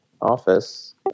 office